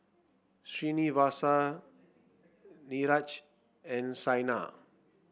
Srinivasa Niraj and Saina